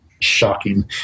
shocking